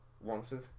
wanted